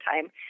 time